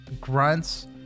grunts